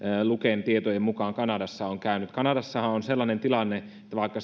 luken tietojen mukaan kanadassa on käynyt kanadassahan on sellainen tilanne että vaikka